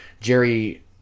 Jerry